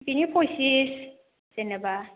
बिनि फचिस जेनेबा